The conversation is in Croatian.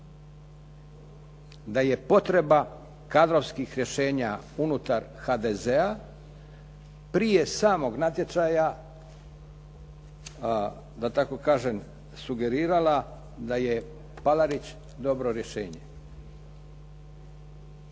Da je potreba kadrovskih rješenja unutar HDZ-a prije samog natječaja da tako kažem sugerirala da je Palarić dobro rješenje.